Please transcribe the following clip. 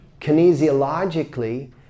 kinesiologically